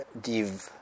div